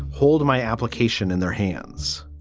hold my application in their hands.